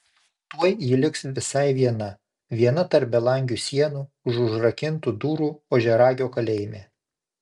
tuoj ji liks visai viena viena tarp belangių sienų už užrakintų durų ožiaragio kalėjime